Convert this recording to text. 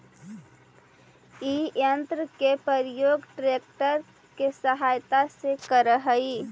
इ यन्त्र के प्रयोग ट्रेक्टर के सहायता से करऽ हई